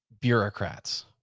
bureaucrats